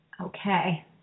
Okay